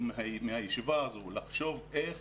מהישיבה הזאת לחשוב איך